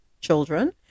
children